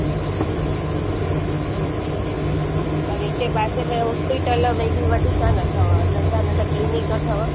ते हीए और हिते पासे में हॉस्पिटल अथव हेॾी वॾी कोन्ह अथव नंढा नंढा क्लीनिक अथव